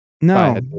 No